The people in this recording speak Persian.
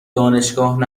دانشگاه